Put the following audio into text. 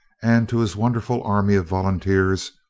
and to his wonderful army of volunteers,